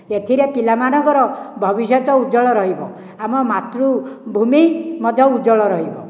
ଏଥିରେ ପିଲାମାନଙ୍କର ଭବିଷ୍ୟତ ଉଜ୍ଜ୍ୱଳ ରହିବ ଆମ ମାତୃଭୂମି ମଧ୍ୟ ଉଜ୍ଵଳ ରହିବ